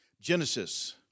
Genesis